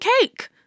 cake